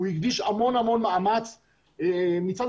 הוא הקדיש המון מאמץ.